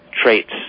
traits